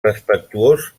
respectuós